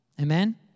Amen